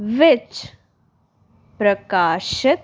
ਵਿੱਚ ਪ੍ਰਕਾਸ਼ਤ